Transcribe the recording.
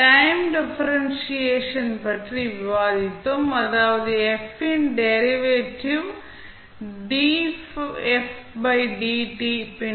time differentiation பற்றி விவாதித்தோம் அதாவது f இன் டெரிவேட்டிவ் பின்னர்